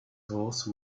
horse